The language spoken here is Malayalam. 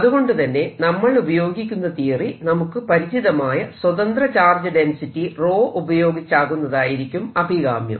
അതുകൊണ്ടുതന്നെ നമ്മൾ ഉപയോഗിക്കുന്ന തിയറി നമുക്ക് പരിചിതമായ സ്വതന്ത്ര ചാർജ് ഡെൻസിറ്റി 𝜌 ഉപയോഗിച്ചാകുന്നതായിരിക്കും അഭികാമ്യം